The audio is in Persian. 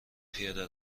پیاده